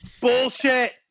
Bullshit